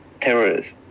terrorists